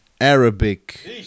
Arabic